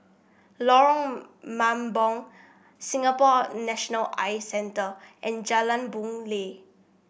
Lorong Mambong Singapore National Eye Centre and Jalan Boon Lay